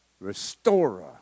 Restorer